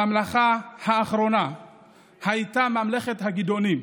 הממלכה האחרונה הייתה ממלכת הגדעונים,